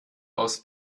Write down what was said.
aus